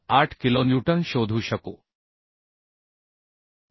28 kilonewton शोधू शकू